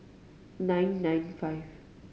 nine nine five